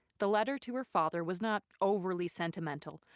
the letter to her father was not overly sentimental,